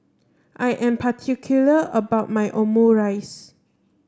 I am particular about my Omurice